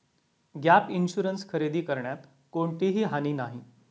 gap insurance खरेदी करण्यात कोणतीही हानी नाही